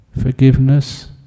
forgiveness